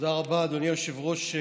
תודה רבה, אדוני היושב-ראש.